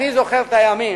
אני זוכר את הימים,